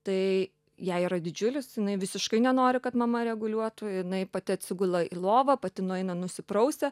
tai jai yra didžiulis jinai visiškai nenori kad mama reguliuotų jinai pati atsigula į lovą pati nueina nusiprausia